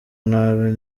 nabi